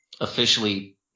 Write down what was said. officially